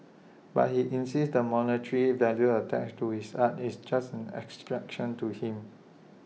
but he insists the monetary value attached to his art is just an abstraction to him